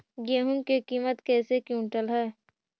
गेहू के किमत कैसे क्विंटल है?